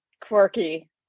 quirky